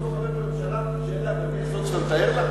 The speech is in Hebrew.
בתור חבר ממשלה שאלה קווי היסוד שאתה מתאר לה?